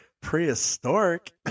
prehistoric